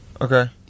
okay